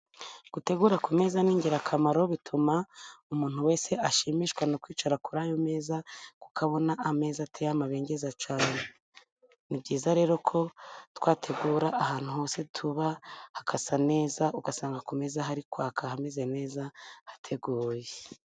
Gutegura ku meza ni ingirakamaro, bituma umuntu wese ashimishwa no kwicara kuri ayo meza, kuko abona ameza ateye amabengeza cyane. Ni byiza rero ko twategura ahantu hose tuba hagasa neza, ugasanga ku meza hari kwaka hameze neza hateguye.